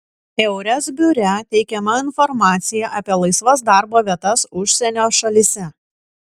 eures biure teikiama informacija apie laisvas darbo vietas užsienio šalyse